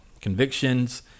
convictions